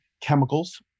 chemicals